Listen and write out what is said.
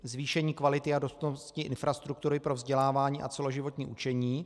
Zvýšení kvality a dostupnosti infrastruktury pro vzdělávání a celoživotní učení.